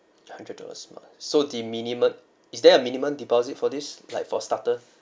hundred dollars !wah! so the minimum is there a minimum deposit for this like for starters